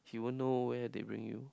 you won't know where they bring you